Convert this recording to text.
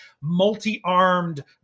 multi-armed